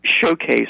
showcase